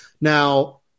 Now